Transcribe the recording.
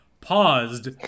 paused